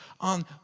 on